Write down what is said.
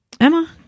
Emma